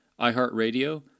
iHeartRadio